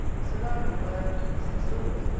surrounded by our heaps and stores,